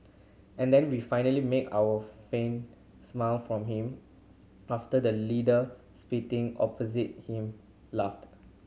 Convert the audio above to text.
and then we finally make our a faint smile from him after the leader spitting opposite him laughed